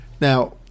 Now